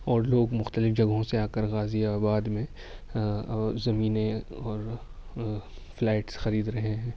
اور لوگ مختلف جگہوں سے آ کر غازی آباد میں اور زمینیں اور فلیٹس خرید رہے ہیں